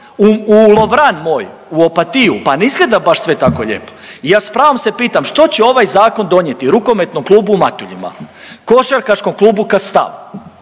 u Lovran moj, u Opatiju, pa ne izgleda baš sve tako lijepo i ja s pravom se pitam što će ovaj zakon donijeti Rukometnom klubu u Matuljima, Košarkaškom klubu Kastav,